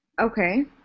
okay